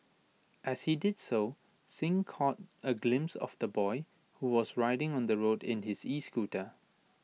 as he did so Singh caught A glimpse of the boy who was riding on the road in his escooter